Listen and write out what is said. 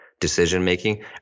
decision-making